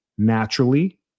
naturally